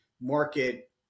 market